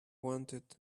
wanted